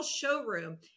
showroom